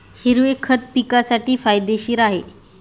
हिरवे खत पिकासाठी फायदेशीर आहे